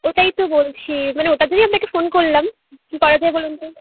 ওটাই তো বলছি মানে ওটার জন্যই আপনাকে ফোন করলাম কী করা যায় বলুন তো